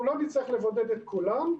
אנחנו לא נצטרך לבודד את כולם,